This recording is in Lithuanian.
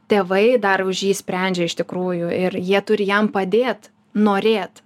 tėvai dar už jį sprendžia iš tikrųjų ir jie turi jam padėt norėt